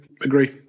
agree